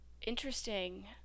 Interesting